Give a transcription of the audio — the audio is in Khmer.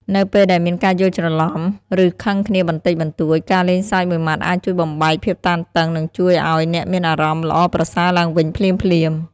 នៅពេលដែលមានការយល់ច្រឡំឬខឹងគ្នាបន្តិចបន្តួច ការលេងសើចមួយម៉ាត់អាចជួយបំបែកភាពតានតឹងនិងជួយឱ្យអ្នកមានអារម្មណ៍ល្អប្រសើរឡើងវិញភ្លាមៗ។